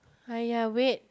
!aiya! wait